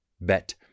Bet